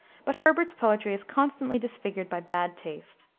but herbert's poetry is constantly disfigured by bad taste.